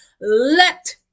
let